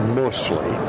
mostly